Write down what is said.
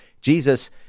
Jesus